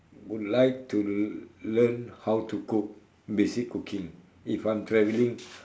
would like to learn how to cook basic cooking if I'm traveling